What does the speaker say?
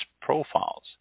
profiles